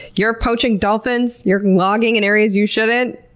you're poaching dolphins, you're logging and areas you shouldn't,